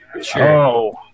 Sure